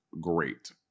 great